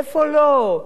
איפה לא?